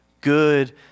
good